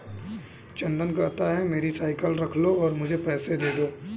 चंदन कहता है, मेरी साइकिल रख लो और मुझे पैसे दे दो